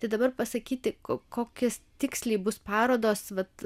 tai dabar pasakyti ko kokias tiksliai bus parodos vat